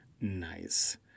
nice